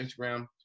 Instagram